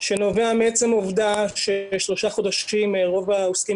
שנובע מעצם העובדה ששלושה חודשים רוב העוסקים